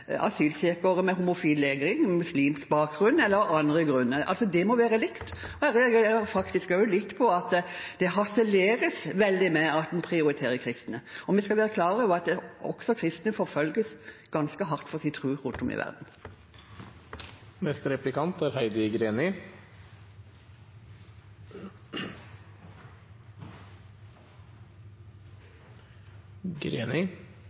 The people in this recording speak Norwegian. med homofil legning, med muslimsk bakgrunn eller av andre grunner. Det må være likt. Jeg reagerer faktisk også litt på at det harseleres veldig med at en prioriterer kristne. Vi skal være klar over at også kristne forfølges ganske hardt for sin tro i rundt om i verden.